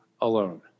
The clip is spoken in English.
alone